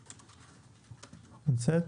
נמצאת?